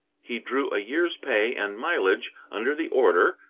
he drew a year's pay and mileage under the order,